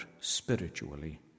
spiritually